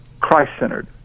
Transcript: Christ-centered